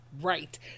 right